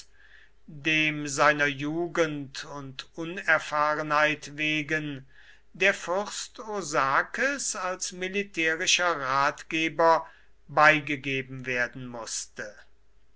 dem seiner jugend und unerfahrenheit wegen der fürst osakes als militärischer ratgeber beigegeben werden mußte